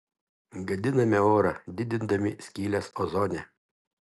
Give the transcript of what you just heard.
gadiname orą didindami skyles ozone